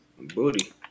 Booty